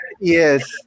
Yes